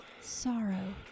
sorrow